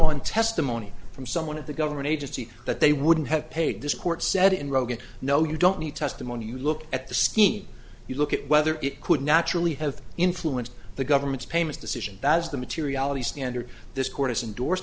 on testimony from someone at the government agency that they wouldn't have paid this court said in rogan no you don't need testimony you look at the scheme you look at whether it could naturally have influenced the government's payment decision as the materiality standard this court has endors